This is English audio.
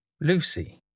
Lucy